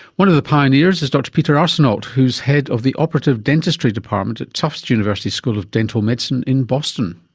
one of the pioneers is dr peter arsenault who's head of the operative dentistry department at tufts university school of dental medicine in boston.